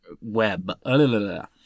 web